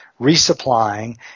resupplying